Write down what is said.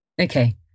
Okay